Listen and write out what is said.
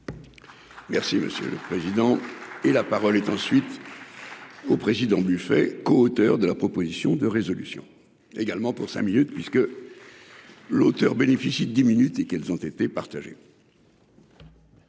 Merci monsieur le président et la parole est ensuite. Le président buffet, coauteur de la proposition de résolution également pour cinq minutes puisque. L'auteur bénéficie de 10 minutes et qu'elles ont été partagées.